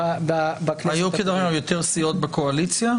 היו יותר סיעות בקואליציה?